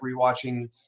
rewatching